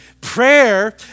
Prayer